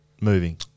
moving